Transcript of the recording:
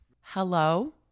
hello